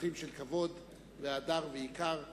ערכים של כבוד והדר ויקר לזולת.